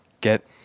Get